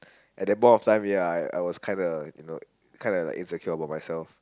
at that point of time ya I I was kinda you know kinda like insecure about myself